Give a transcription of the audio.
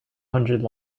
hundred